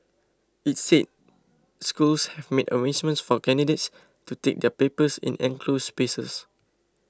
it said schools have made arrangements for candidates to take their papers in enclosed spaces